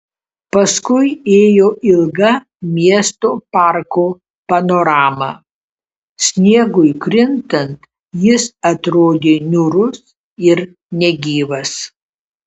paskui ėjo ilga miesto parko panorama sniegui krintant jis atrodė niūrus ir negyvas